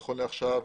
נכון לעכשיו,